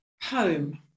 Home